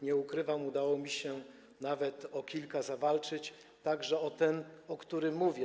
Nie ukrywam, udało mi się nawet o kilka zawalczyć, także o ten, o którym mówię.